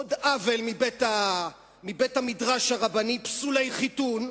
עוד עוול מבית-המדרש הרבני: פסולי חיתון,